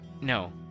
no